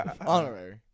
Honorary